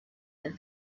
that